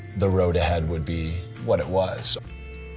the road ahead would be what it was.